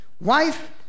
Wife